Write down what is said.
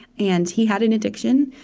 and he had an addiction.